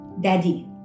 Daddy